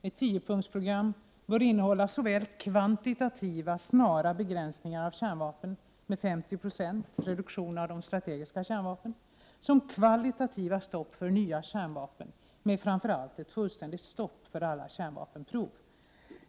Ett tiopunktsprogram bör innehålla såväl kvantitativa snara begränsningar av kärnvapen med 50 96 reduktion av strategiska kärnvapen som kvalitativt stopp för nya kärnvapen med framför allt ett fullständigt stopp för alla kärnvapenprov.